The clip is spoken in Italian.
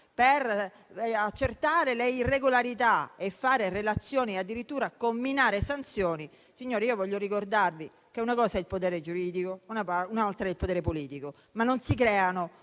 per accertare le irregolarità, fare relazioni e comminare sanzioni. Signori, io voglio ricordarvi che una cosa è il potere giuridico, un'altra è il potere politico, ma non si creano